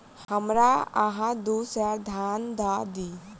हमरा अहाँ दू सेर धान दअ दिअ